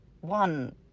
one